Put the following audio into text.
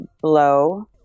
blow